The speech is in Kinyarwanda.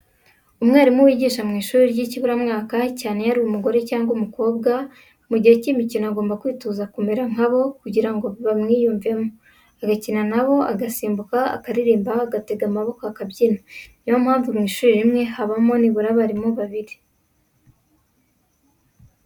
Umwarimu wigisha mu ishuri ry'ikiburamwaka, cyane iyo ari umugore cyangwa umukobwa, mu gihe cy'imikino agomba kwitoza kumera nka bo, kugira ngo bamwiyumvemo, agakina na bo, agasimbuka, akaririmba, agatega amaboko akabyina, ni yo mpamvu mu ishuri rimwe habamo nibura abarimu babiri.